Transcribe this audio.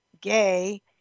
gay